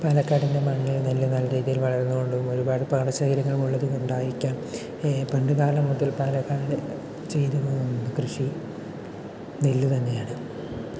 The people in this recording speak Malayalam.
പാലക്കാടിന്റെ മണ്ണിൽ നെല്ല് നല്ല രീതിയിൽ വളരുന്നതു കൊണ്ടും ഒരുപാട് പാടശേഖരങ്ങളും ഉള്ളതു കൊണ്ടായിരിക്കാം പണ്ടുകാലം മുതൽ പാലക്കാടു ചെയ്തു പോരുന്ന കൃഷി നെല്ല് തന്നെയാണ്